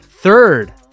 third